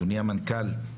אדוני המנכ"ל,